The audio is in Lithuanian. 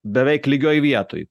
beveik lygioj vietoj